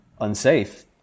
unsafe